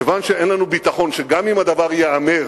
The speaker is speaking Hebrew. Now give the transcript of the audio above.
כיוון שאין לנו ביטחון שגם אם הדבר ייאמר,